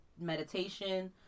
meditation